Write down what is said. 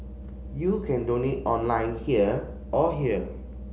you can donate online here or here